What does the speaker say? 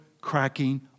cracking